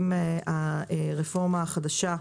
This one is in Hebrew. הרפורמה החדשה,